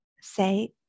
say